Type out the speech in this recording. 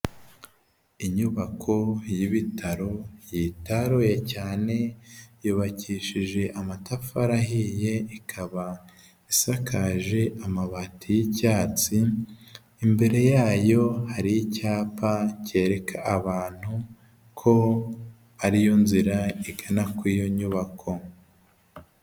Inyubako y'ibitaro yitaruye cyane, yubakishije amatafari ahiye, ikaba isakaje amabati y'icyatsi, imbere yayo hari icyapa kereka abantu ko ari yo nzira igana kw'iyo nyubako.